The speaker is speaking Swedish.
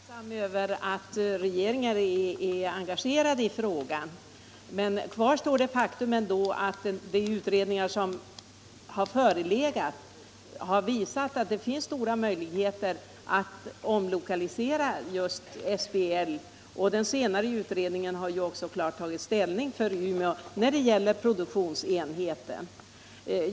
Herr talman! Jag är naturligtvis tacksam över att regeringen är engagerad i frågan. Men kvar står det faktum att de utredningar som föreligger har visat att det finns stora möjligheter att omlokalisera just SBL, och den senast gjorda utredningen har ju också klart tagit ställning för Umeå när det gäller produktionsenheten.